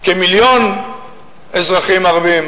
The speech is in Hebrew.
כמיליון אזרחים ערבים,